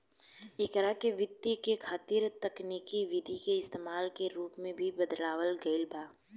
एकरा के वित्त के खातिर तकनिकी विधि के इस्तमाल के रूप में भी बतावल गईल बा